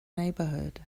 neighborhood